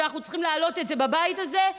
שאנחנו צריכים להעלות בבית הזה,